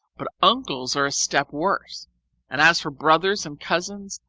but uncles are a step worse and as for brothers and cousins,